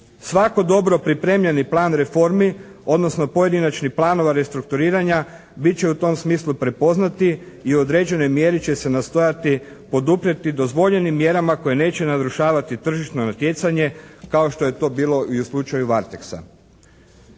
Svako dobro pripremljeni plan reformi, odnosno pojedinačnih planova restrukturiranja bit će u tom smislu prepoznati i u određenoj mjeri će se nastojati poduprijeti dozvoljenim mjerama koje neće narušavati tržišno natjecanje kao što je to bilo i u slučaju "Varteksa".